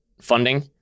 funding